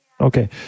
Okay